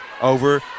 over